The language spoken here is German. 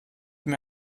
mir